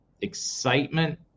excitement